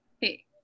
Hey